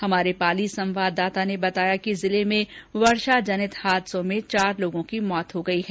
हमारे पाली संवाददाता ने बताया कि जिले में वर्षा जनित हादसों में चार लोगों की मौत हो गई है